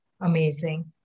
amazing